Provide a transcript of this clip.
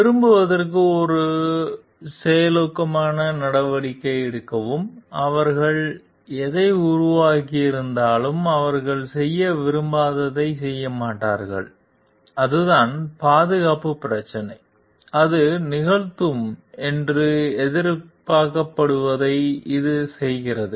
விரும்புவதற்கு ஒரு செயலூக்கமான நடவடிக்கை எடுக்கவும் அவர்கள் எதை உருவாக்கியிருந்தாலும் அவர்கள் செய்ய விரும்பாததைச் செய்ய மாட்டார்கள் அதுதான் பாதுகாப்பு பிரச்சினை அது நிகழ்த்தும் என்று எதிர்பார்க்கப்படுவதை இது செய்கிறது